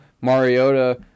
Mariota